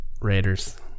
Raiders